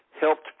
helped